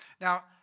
Now